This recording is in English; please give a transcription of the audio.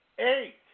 Eight